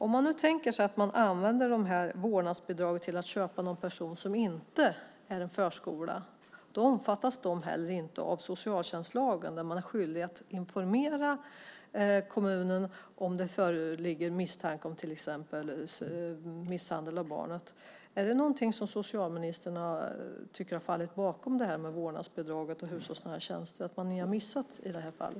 Om vi tänker oss att man använder vårdnadsbidraget till att köpa tjänster av någon, alltså inte en förskola, omfattas den personen inte av socialtjänstlagen enligt vilken man är skyldig att informera kommunen till exempel om det föreligger misstanke om misshandel av ett barn. Tycker socialministern att det är sådant som fallit igenom beträffande vårdnadsbidrag och hushållsnära tjänster, sådant som man missat?